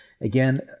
Again